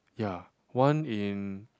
ya one in